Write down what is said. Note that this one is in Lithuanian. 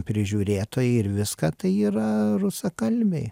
prižiūrėtojai ir viską tai yra rusakalbiai